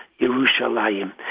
Yerushalayim